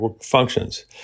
functions